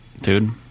dude